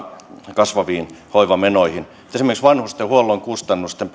kasvaviin hoivamenoihin esimerkiksi pelkästään vanhustenhuollon kustannusten